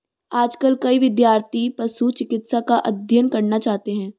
आजकल कई विद्यार्थी पशु चिकित्सा का अध्ययन करना चाहते हैं